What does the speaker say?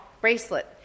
bracelet